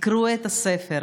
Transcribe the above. תקראו את הספר.